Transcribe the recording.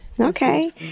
okay